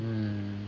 mm